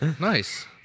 Nice